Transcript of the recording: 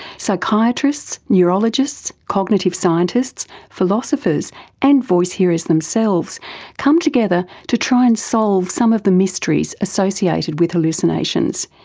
psychiatrists, neurologists, cognitive scientists, philosophers and voice-hearers themselves come together to try and solve some of the mysteries associated with hallucinations,